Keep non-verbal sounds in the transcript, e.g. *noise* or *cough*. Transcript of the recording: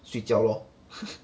睡觉 lor *laughs*